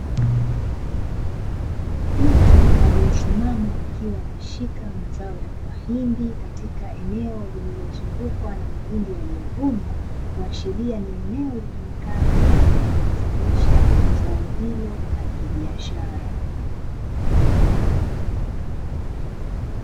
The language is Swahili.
Mtu aliyesimama akiwa ameshika mazao ya mahindi katika eneo llililozungukwa na mahindi yaliyovunwa, kuashiria ni eneo litumikalo kwajili ya kuzalisha zao hilo la kibiashara.